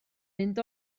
mynd